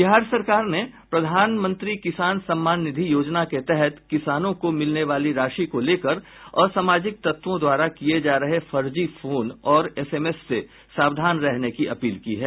बिहार सरकार ने प्रधानमंत्री किसान सम्मान निधि योजना के तहत किसानों को मिलने वाली राशि को लेकर असामाजिक तत्वों द्वारा किये जा रहे फर्जी फोन और एसएमएस से सावधान रहने की अपील की है